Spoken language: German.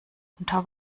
unter